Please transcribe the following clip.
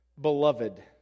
beloved